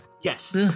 Yes